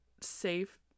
safe